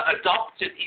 adopted